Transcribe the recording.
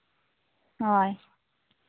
ᱦᱳᱭ